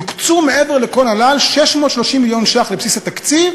יוקצו מעבר לכל הנ"ל 630 מיליון ש"ח לבסיס התקציב,